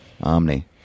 omni